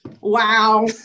Wow